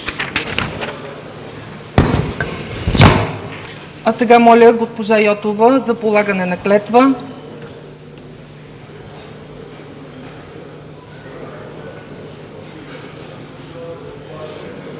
А сега моля госпожа Йотова за полагане на клетва.